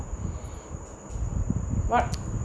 what